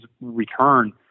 return